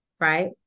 right